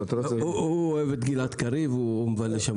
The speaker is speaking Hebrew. הוא אוהב את גלעד קריב, הוא מבלה שם.